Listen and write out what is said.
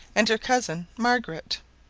and her cousin margaret.